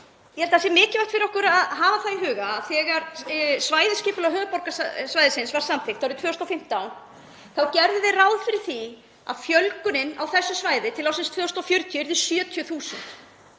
ég held að það sé mikilvægt fyrir okkur að hafa það í huga að þegar svæðisskipulag höfuðborgarsvæðisins var samþykkt árið 2015 þá gerðum við ráð fyrir því að fjölgunin á þessu svæði til ársins 2040 yrði 70.000.